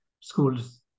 schools